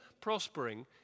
prospering